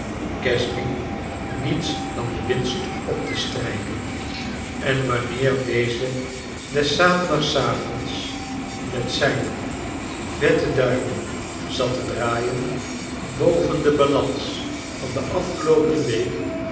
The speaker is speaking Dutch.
casby niets dan de winst op te strijken en wanneer deze des zaterdagsavonds met zijn vette duimen zat te draaien boven de balans vaa de afgeloopen week